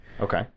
Okay